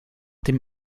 dem